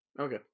Okay